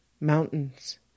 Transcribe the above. Mountains